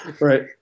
right